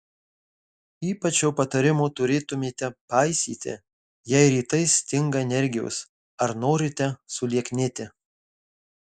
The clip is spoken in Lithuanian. ypač šio patarimo turėtumėte paisyti jei rytais stinga energijos ar norite sulieknėti